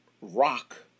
rock